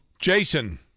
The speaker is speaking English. Jason